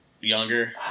younger